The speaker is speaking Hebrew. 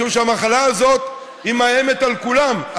משום שהמחלה הזאת מאיימת על כולם,